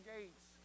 Gates